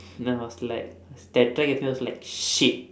then I was like that time it feels like shit